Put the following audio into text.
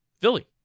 philly